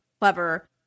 clever